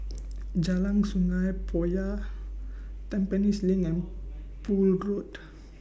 Jalan Sungei Poyan Tampines LINK and Poole